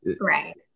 right